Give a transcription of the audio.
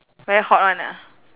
very hot [one] ah